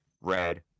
Red